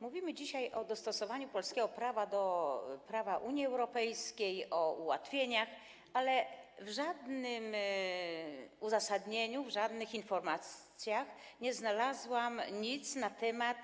Mówimy dzisiaj o dostosowaniu polskiego prawa do prawa Unii Europejskiej, o ułatwieniach, ale w żadnym uzasadnieniu, w żadnych informacjach nie znalazłam nic na temat